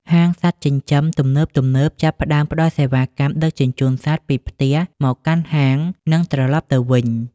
ហាងសត្វចិញ្ចឹមទំនើបៗចាប់ផ្ដើមផ្ដល់សេវាកម្មដឹកជញ្ជូនសត្វពីផ្ទះមកកាន់ហាង និងត្រឡប់ទៅវិញ។